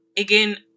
Again